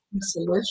solution